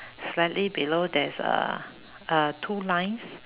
slightly below there's uh uh two lines